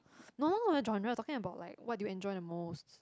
no not the genre talking about like what do you enjoy the most